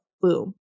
Boom